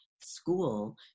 school